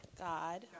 God